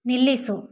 ನಿಲ್ಲಿಸು